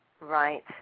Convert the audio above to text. Right